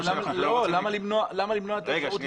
למה למנוע את האפשרות הזו?